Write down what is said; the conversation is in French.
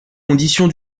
condition